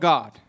God